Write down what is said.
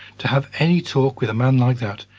to have any talk with a man like that,